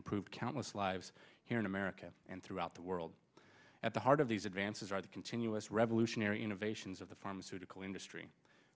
improved countless lives here in america and throughout the world at the heart of these advances are the continuous revolutionary innovations of the pharmaceutical industry